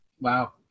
Wow